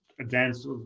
advanced